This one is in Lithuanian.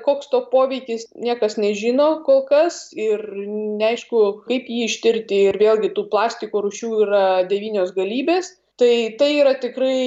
koks to poveikis niekas nežino kol kas ir neaišku kaip jį ištirti ir vėlgi tų plastiko rūšių yra devynios galybės tai tai yra tikrai